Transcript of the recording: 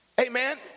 Amen